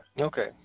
Okay